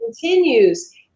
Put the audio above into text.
continues